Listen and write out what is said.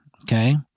Okay